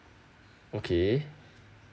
okay